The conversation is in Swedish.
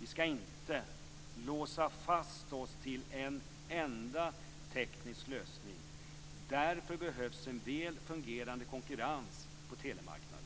vi skall inte låsa fast oss vid en enda teknisk lösning. Därför behövs en väl fungerande konkurrens på telemarknaden.